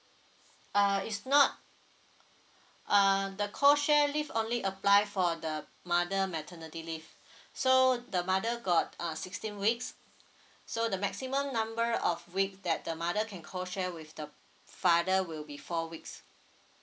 uh is not uh the co share leave only apply for the mother maternity leave so the mother got uh sixteen weeks so the maximum number of weeks that the mother can co share with the father will be four weeks